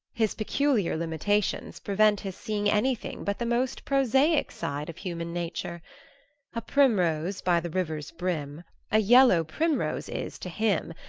his peculiar limitations prevent his seeing anything but the most prosaic side of human nature a primrose by the river's brim a yellow primrose is to him,